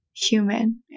human